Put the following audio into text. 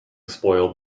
spoiled